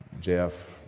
Jeff